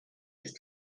ist